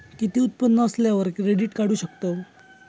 किती उत्पन्न असल्यावर क्रेडीट काढू शकतव?